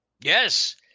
Yes